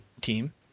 team